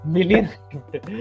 Million